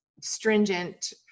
stringent